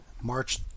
March